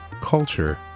culture